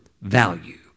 value